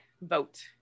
vote